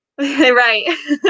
right